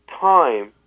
time